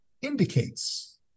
indicates